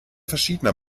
verschiedener